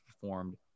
performed